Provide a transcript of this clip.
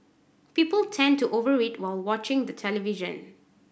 people tend to over eat while watching the television